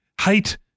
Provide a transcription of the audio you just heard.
hate